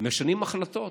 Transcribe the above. משנים החלטות?